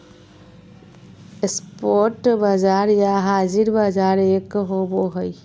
spot बाजार या हाज़िर बाजार एक होबो हइ